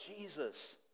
jesus